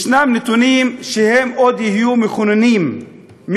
יש נתונים שעוד יהיו נתונים מכוננים,